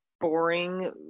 boring